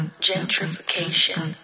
Gentrification